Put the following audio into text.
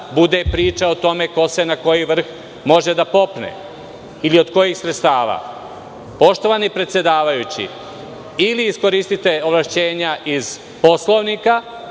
bude priča o tome ko može na koji vrh da se popne ili od kojih sredstava. Poštovani predsedavajući, ili iskoristite ovlašćenja iz Poslovnika